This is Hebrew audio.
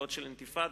מהסיבות של אינתיפאדה,